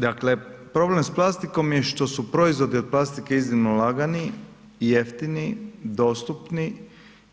Dakle, problem s plastikom je što su proizvodi od plastike iznimno lagani, jeftini, dostupni